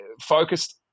focused